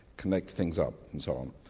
connect things up and so on.